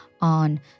on